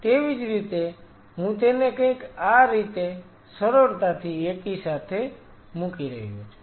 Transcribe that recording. તેવી જ રીતે હું તેને કંઈક આ રીતે સરળતાથી એકસાથે મૂકી રહ્યો છું